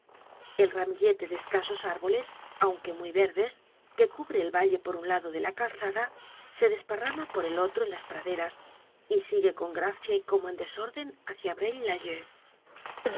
el ramillete de escasos árboles aunque muy verdes que cubre el valle por un lado de la calzada se desparrama por el otro en las praderas y sigue con gracia y como en desórden hácia